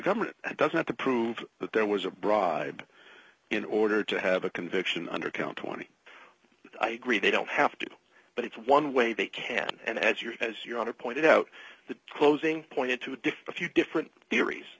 government doesn't have to prove that there was a bribe in order to have a conviction under count twenty i agree they don't have to but it's one way they can and as you're as you want to point out that closing pointed to dick a few different theories